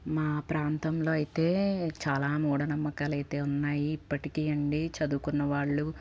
మా ప్రాంతంలో అయితే చాలా మూడనమ్మకాలు అయితే ఉన్నాయి ఇప్పటికి అండి చదుకున్నవాళ్ళు